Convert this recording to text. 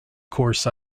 course